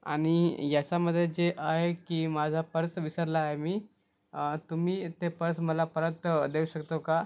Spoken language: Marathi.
आणि याच्यामध्ये जे आहे की माझा पर्स विसरला आहे मी तुम्ही इथे पर्स मला परत देऊ शकतो का